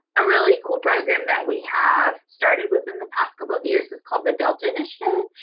a really cool program that we have started within the past couple of years is called the delta initiate.